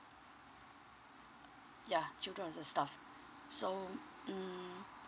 yeah children of the staff so mm